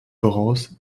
voraus